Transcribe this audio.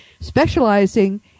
specializing